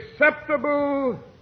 acceptable